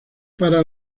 para